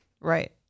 Right